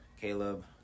Caleb